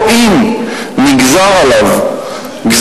או אם נקבע לו גזר-דין,